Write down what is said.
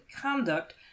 conduct